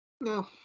No